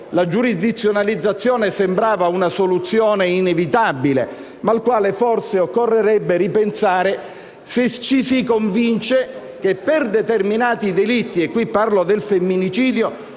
la giurisdizionalizzazione sembrava una soluzione inevitabile, ma al quale forse occorrerebbe ripensare se ci si convince che, per determinati delitti - e qui parlo del femminicidio -